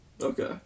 Okay